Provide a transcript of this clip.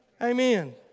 Amen